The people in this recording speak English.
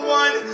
one